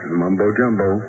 mumbo-jumbo